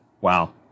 Wow